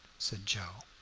said joe.